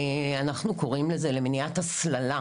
אנחנו קוראים לזה "למניעת הסללה",